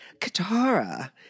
Katara